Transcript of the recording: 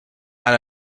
and